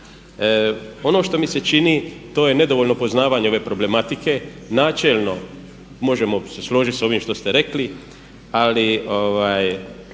Ono što mi se čini to je nedovoljno poznavanje ove problematike, načelno možemo se složiti sa ovim što ste rekli, ali